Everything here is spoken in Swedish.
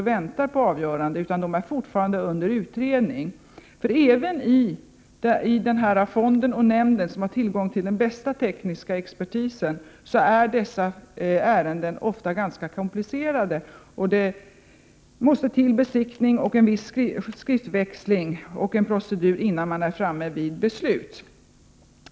Även för fonden för avhjälpande av fuktoch mögelskador och småhusskadenämnden, vilka har tillgång till den bästa tekniska expertis, är dessa ärenden ofta ganska komplicerade. Det måste till besiktning och en viss skriftväxling innan man är framme vid beslut.